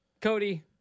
Cody